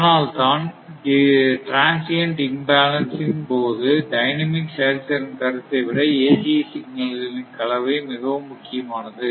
அதனால் தான் transient imbalance இன் போது டைனமிக் செயல்திறன் கருத்தை விட ACE சிக்னல்களில் கலவை மிகவும் முக்கியமானது